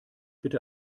bitte